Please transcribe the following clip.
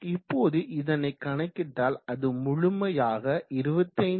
இப்போது இதனை கணக்கிட்டால் அது முழுமையாக 25